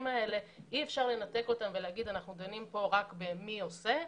אי-אפשר לנתק את הדברים ולהגיד שדנים רק במי עושה.